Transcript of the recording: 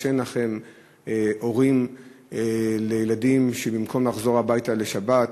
קשה לנחם הורים לילדים שבמקום לחזור הביתה לשבת,